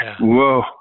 Whoa